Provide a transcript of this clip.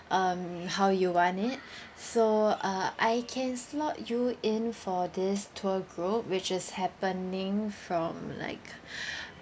um how you want it so uh I can slot you in for this tour group which is happening from like